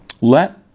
Let